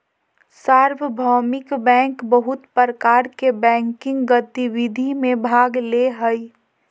सार्वभौमिक बैंक बहुत प्रकार के बैंकिंग गतिविधि में भाग ले हइ